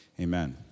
amen